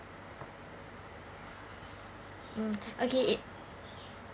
mm okay